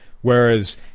Whereas